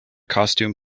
costume